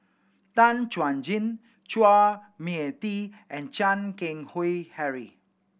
Tan Chuan Jin Chua Mia Tee and Chan Keng Howe Harry